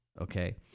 okay